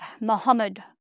Muhammad